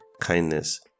kindness